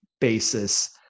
basis